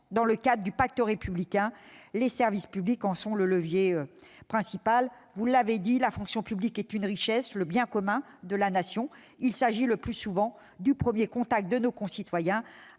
dans le cadre du pacte républicain. Les services publics en sont le levier principal. Vous l'avez dit, la fonction publique est une richesse, le bien commun de la Nation. Oui, c'est vrai ! Il s'agit le plus souvent du premier contact de nos concitoyens